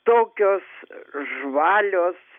tokios žvalios